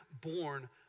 born